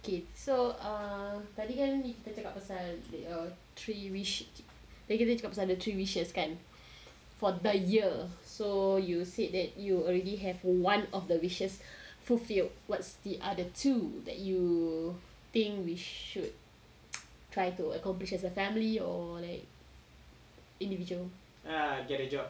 okay so err tadi kan kita cakap pasal three wish tadi kita cakap pasal the three wishes kan for the year so you said that you already have one of the wishes fulfilled what's the other two that you think we should try to accomplish as a family or like individual